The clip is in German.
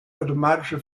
automatische